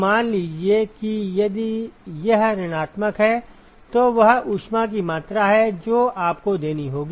अब मान लीजिए कि यदि यह ऋणात्मक है तो वह ऊष्मा की मात्रा है जो आपको देनी है